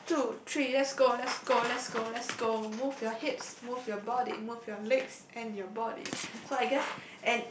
one two three let's go let's go let's go let's go move your hips move your body move your legs and your body so I guess